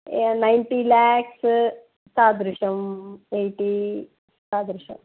ninety lakhs तादृशं eighty तादृशं